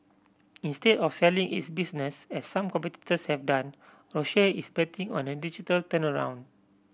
instead of selling its business as some competitors have done Roche is betting on a digital turnaround